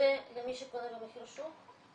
זה למי שקונה במחיר שוק?